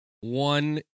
One